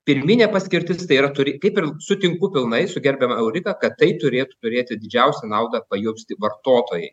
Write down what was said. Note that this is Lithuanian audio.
pirminė paskirtis tai yra turi kaip ir sutinku pilnai su gerbiama eurika kad tai turėtų turėti didžiausią naudą pajausti vartotojai